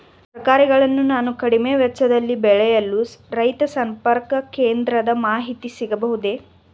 ತರಕಾರಿಗಳನ್ನು ನಾನು ಕಡಿಮೆ ವೆಚ್ಚದಲ್ಲಿ ಬೆಳೆಯಲು ರೈತ ಸಂಪರ್ಕ ಕೇಂದ್ರದ ಮಾಹಿತಿ ಸಿಗಬಹುದೇ?